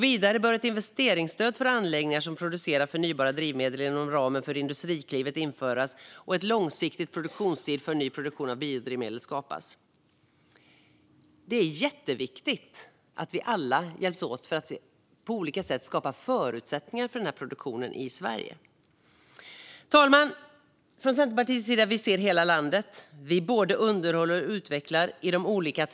Vidare bör ett investeringsstöd för anläggningar som producerar förnybara drivmedel inom ramen för Industriklivet införas och ett långsiktigt produktionsstöd skapas. Det är jätteviktigt att vi alla hjälps åt för att på olika sätt skapa förutsättningar för denna produktion i Sverige. Herr talman!